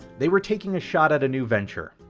they were taking a shot at a new venture,